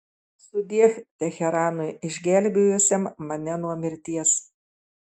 sudiev teheranui išgelbėjusiam mane nuo mirties